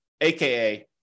aka